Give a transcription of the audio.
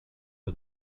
for